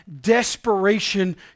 desperation